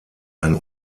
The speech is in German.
ein